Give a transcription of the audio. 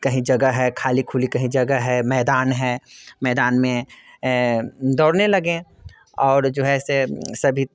कहीं जगह है ख़ाली खुली कहीं जगह है मैदान है मैदान में दौड़ने लगे और जो है से सभी